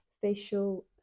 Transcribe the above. facial